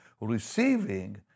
receiving